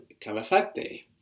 Calafate